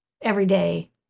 everyday